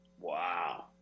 Wow